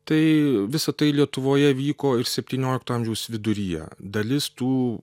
tai visa tai lietuvoje vyko ir septyniolikto amžiaus viduryje dalis tų